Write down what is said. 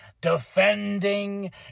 defending